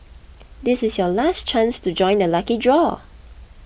this is your last chance to join the lucky draw